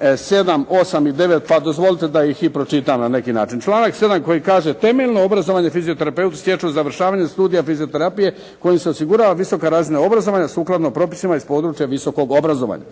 7, 8 i 9, pa dozvolite da ih i pročitam na neki način. Članak 7. koji kaže: “Temeljno obrazovanje fizioterapeuti stječu završavanjem studija fizioterapije kojim se osigurava visoka razina obrazovanja sukladno propisima iz područja visokog obrazovanja.“